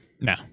No